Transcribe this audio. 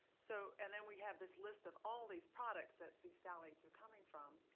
so and then we have this list of all these products that these phthalates are coming from.